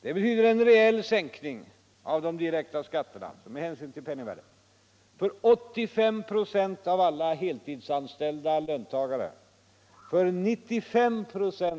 Det betyder en reell sänkning av de direkta skatterna för 85 96 av alla heltidsanställda löntagare, för 95 96